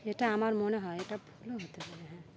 যেটা আমার মনে হয় এটা